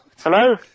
Hello